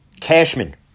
Cashman